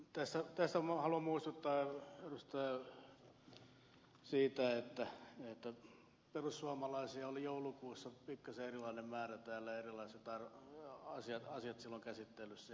tässä haluan muistuttaa edustajaa siitä että perussuomalaisia oli joulukuussa pikkasen erilainen määrä täällä ja erilaiset asiat silloin käsittelyssä